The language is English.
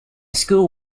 school